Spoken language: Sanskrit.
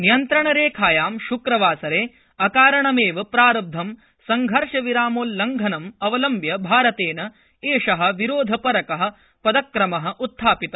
नियन्त्रणरेखायां श्क्रवासरे अकारणमेव प्रारब्धं संघर्षविरामोल्लंघनमवलम्ब्य भारतेन एष विरोधपरक पदक्रम उत्थापित